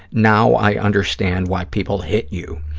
now i understand why people hit you.